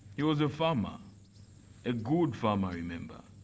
he was a farmer a good farmer i remember.